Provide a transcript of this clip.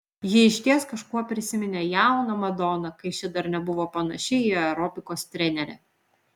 ji išties kažkuo prisiminė jauną madoną kai ši dar nebuvo panaši į aerobikos trenerę